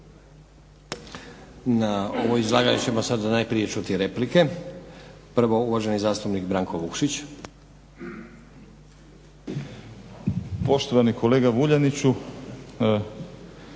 Na ovo izlaganje ćemo sad najprije čuti replike. Prvo uvaženi zastupnik Branko Vukšić. **Vukšić,